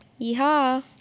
Yeehaw